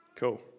Cool